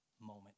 moment